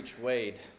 Wade